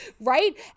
Right